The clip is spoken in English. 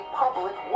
public